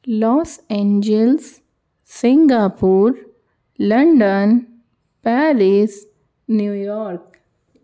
Los Angeles Singapore London Paris New York